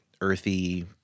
earthy